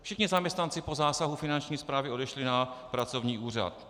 Všichni zaměstnanci po zásahu Finanční správy odešli na pracovní úřad.